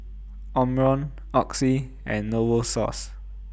Omron Oxy and Novosource